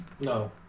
No